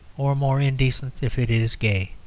or more indecent if it is gay?